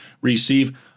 receive